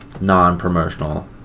non-promotional